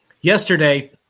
yesterday